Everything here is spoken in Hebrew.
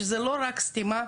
שזה לא רק סתימה,